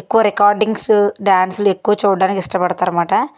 ఎక్కువ రికార్డింగ్సు డాన్సులు ఎక్కువ చూడటానికి ఇష్టపడతారు మాట